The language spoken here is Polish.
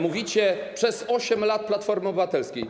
Mówicie: przez 8 lat Platformy Obywatelskiej.